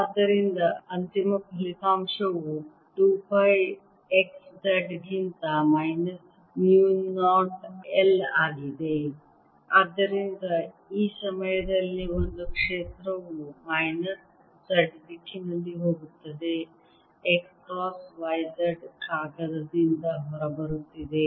ಆದ್ದರಿಂದ ಅಂತಿಮ ಫಲಿತಾಂಶವು 2 ಪೈ x z ಗಿಂತ ಮೈನಸ್ mu 0 I ಆಗಿದೆ ಆದ್ದರಿಂದ ಈ ಸಮಯದಲ್ಲಿ ಒಂದು ಕ್ಷೇತ್ರವು ಮೈನಸ್ z ದಿಕ್ಕಿನಲ್ಲಿ ಹೋಗುತ್ತದೆ x ಕ್ರಾಸ್ y z ಕಾಗದದಿಂದ ಹೊರಬರುತ್ತಿದೆ